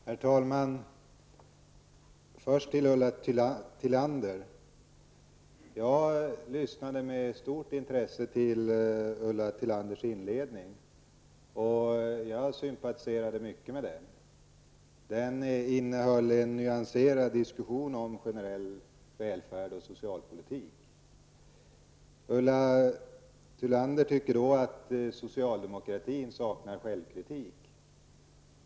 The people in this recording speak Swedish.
Herr talman! Jag vill först vända mig till Ulla Tillander. Jag lyssnade med stort intresse till Ulla Tillanders inledningsanförande, och jag sympatiserar mycket med det. Det innehöll en nyanserad diskussion om generell välfärd och socialpolitik. Ulla Tillander anser att socialdemokratin saknar självkritik.